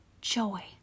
joy